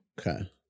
Okay